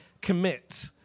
commit